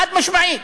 חד-משמעית,